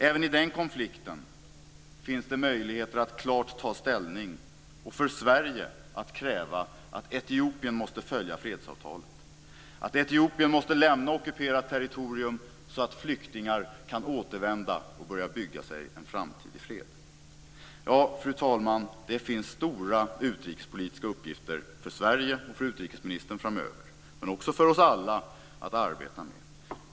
Även i den konflikten finns det möjligheter att klart ta ställning och för Sverige att kräva att Etiopien måste följa fredsavtalet, att Etiopien måste lämna ockuperat territorium så att flyktingar kan återvända och börja bygga sig en framtid i fred. Ja, fru talman, det finns stora utrikespolitiska uppgifter för Sverige och för utrikesministern framöver, men också för oss alla, att arbeta med.